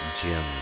Jim